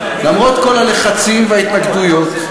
למרות כל הלחצים וההתנגדויות,